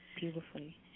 Beautifully